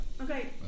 Okay